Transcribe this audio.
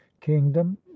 kingdom